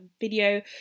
video